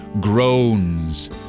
groans